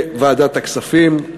לוועדת הכספים.